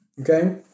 okay